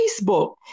Facebook